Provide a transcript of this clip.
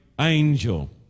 angel